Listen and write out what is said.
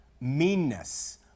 meanness